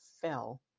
fell